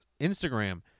Instagram